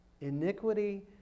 iniquity